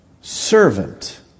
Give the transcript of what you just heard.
servant